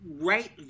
right